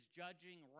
judging